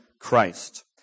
Christ